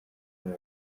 aho